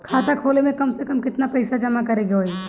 खाता खोले में कम से कम केतना पइसा जमा करे के होई?